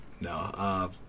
no